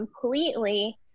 completely